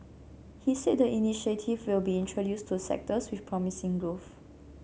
he said the initiative will be introduced to sectors with promising growth